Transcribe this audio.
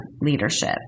leadership